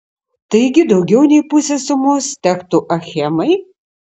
taigi daugiau nei pusė sumos tektų achemai